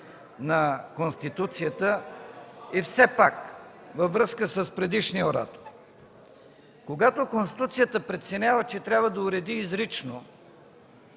на Конституцията. И все пак, във връзка с предишния оратор – когато Конституцията преценява, че трябва да уреди изрично